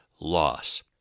loss